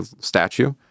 statue